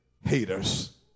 haters